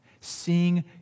Seeing